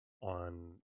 on